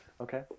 Okay